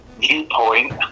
viewpoint